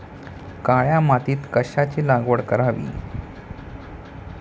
काळ्या मातीत कशाची लागवड करावी?